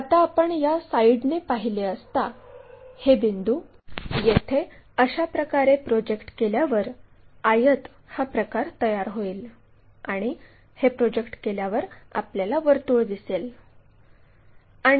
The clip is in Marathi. आता आपण या साईडने पाहिले असता हे बिंदू येथे अशाप्रकारे प्रोजेक्ट केल्यावर आयत हा प्रकार तयार होईल आणि हे प्रोजेक्ट केल्यावर आपल्याला वर्तुळ दिसेल